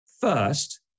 First